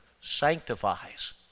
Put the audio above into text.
sanctifies